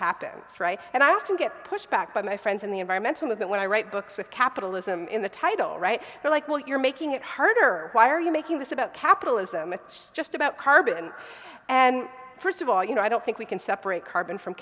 happens right and i have to get pushed back by my friends in the environmental movement when i write books with capitalism in the title right now like well you're making it harder why are you making this about capitalism it's just about carbon and first of all you know i don't think we can separate carbon from